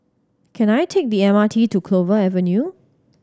can I take the M R T to Clover Avenue